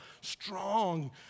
strong